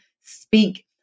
speak